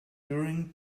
during